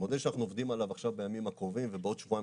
זה מודל שאנחנו עובדים עליו עכשיו בימים הקרובים ובעוד שבועיים